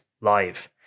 live